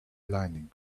lining